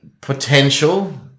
potential